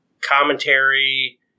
commentary